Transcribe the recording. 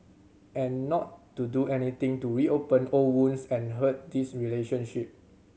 and not to do anything to reopen old wounds and hurt this relationship